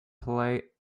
play